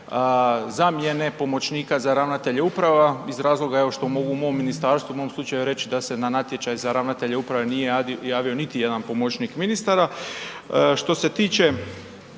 zamjene pomoćnika za ravnatelje uprava iz razloga što evo, mogu u mom ministarstvu u mom slučaju reć da se na natječaj za ravnatelje uprave nije javio niti jedan pomoćnik ministara.